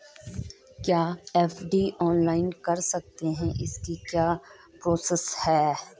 क्या FD online कर सकते हैं इसकी क्या प्रोसेस है?